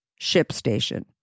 ShipStation